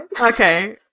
okay